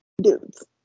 dudes